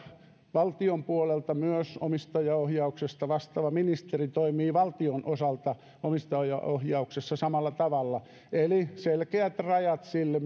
valtion puolelta myös omistajaohjauksesta vastaava ministeri toimii valtion osalta omistajaohjauksessa samalla tavalla eli selkeät rajat sille